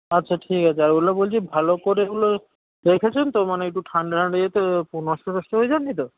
আচ্ছা ঠিক আছে আর ওগুলো বলছি ভালো করে ওগুলো রেখেছেন তো মানে একটু ঠান্ডা ফান্ডা নষ্ট ফস্ট হয়ে যায়নি তো